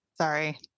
sorry